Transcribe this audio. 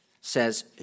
says